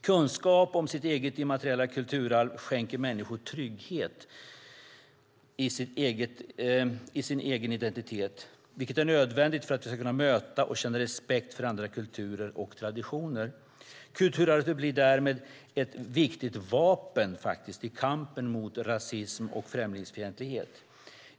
Kunskap om sitt eget immateriella kulturarv skänker människor trygghet i deras identitet, vilket är nödvändigt för att vi ska kunna möta och känna respekt för andra kulturer och traditioner. Kulturarvet blir därigenom ett viktigt vapen i kampen mot rasism och främlingsfientlighet.